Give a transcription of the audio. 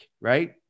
right